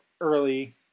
early